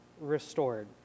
restored